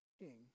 king